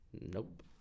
Nope